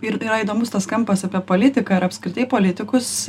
ir yra įdomus tas kampas apie politiką ir apskritai politikus